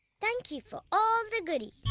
thank you for all the goodies!